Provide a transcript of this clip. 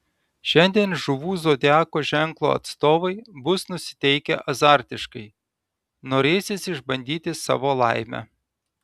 šiandien žuvų zodiako ženklo atstovai bus nusiteikę azartiškai norėsis išbandyti savo laimę